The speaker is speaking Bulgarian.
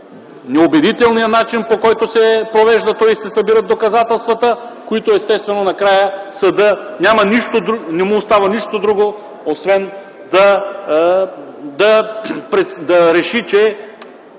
неубедителния начин, по който се провежда то и се събират доказателствата, като естествено накрая на съда не му остава нищо друго освен да реши, че